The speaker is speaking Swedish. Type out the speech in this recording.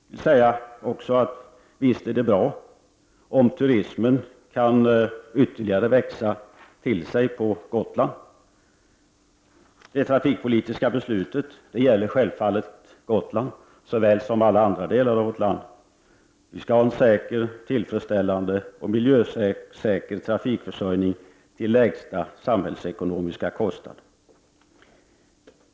Visst är det bra om turismen kan växa till sig ytterligare på Gotland. Det trafikpolitiska beslutet gäller självfallet Gotland likaväl som andra delar av vårt land. Vi skall ha en säker, tillfredsställande och miljösäker trafikförsörjning till lägsta samhällsekonomiska kostnad.